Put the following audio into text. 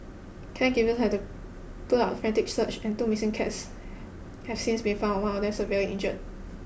caregivers have put up a frantic search and two missing cats have since been found one of them severely injured